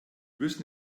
müssen